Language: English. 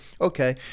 Okay